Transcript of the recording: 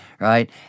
right